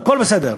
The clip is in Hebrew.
הכול בסדר.